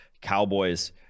Cowboys